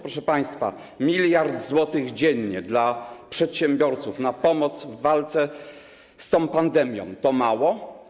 Proszę państwa, 1 mld zł dziennie dla przedsiębiorców na pomoc w walce z tą pandemią to mało?